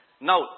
Now